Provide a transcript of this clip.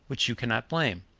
which you can not blame.